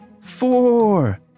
Four